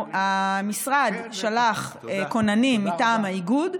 המשרד שלח כוננים מטעם האיגוד.